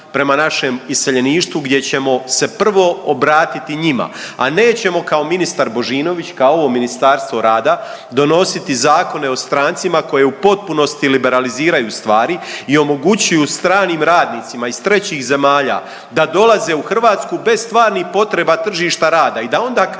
prema našem iseljeništvu gdje ćemo se prvo obratiti njima, a nećemo kao ministar Božinović i kao ovo Ministarstvo rada donositi Zakone o strancima koji u potpunosti liberaliziraju stvari i omogućuju stranim radnicima iz trećih zemalja da dolaze u Hrvatsku bez stvarnih potreba tržišta rada i da onda kad